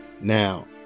Now